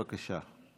בבקשה.